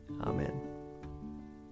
Amen